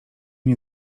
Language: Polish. nie